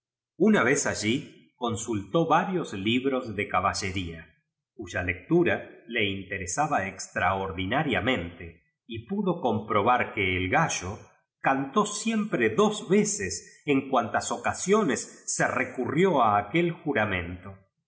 una vez allí cónsultó varios libros de rubíilleríu cuya lectura le interesaba extraordinariamente y pudo comprobar que el ga llo cantó siempre dos veces en emitirás oca siones se recurrió a aquel juramento